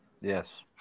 Yes